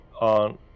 on